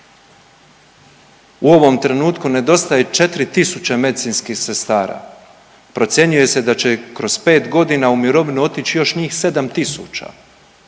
U ovom trenutku nedostaje 4.000 medicinskih sestara, procjenjuje se da će kroz pet godina u mirovinu otić još njih 7.000.